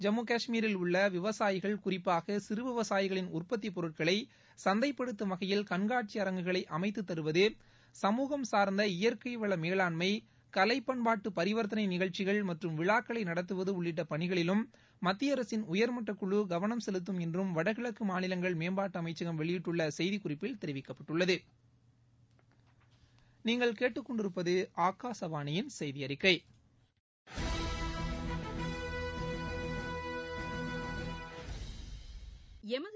ஜம்மு காஷ்மீரில் உள்ள விவசாயிகள் குறிப்பாக சிறு விவசாயிகளின் உற்பத்தி பொருட்களை சந்தைப்படுத்தும் வகையில் கண்காட்சி அரங்குகளை அமைத்து தருவது சமூகம் சார்ந்த இயற்கைவள மேலாண்மை கலை பண்பாட்டு பரிவர்த்தனை நிகழ்ச்சிகள் மற்றும் விழாக்களை நடத்துவது உள்ளிட்ட பணிகளிலும் மத்திய அரசின் உயர்மட்டக்குழு கவனம் செலுத்தும் என்றும் வடகிழக்கு மாநிலங்கள் மேம்பாட்டு அமைச்சகம் வெளியிட்டுள்ள செய்திக் குறிப்பில் தெரிவிக்கப்பட்டுள்ளது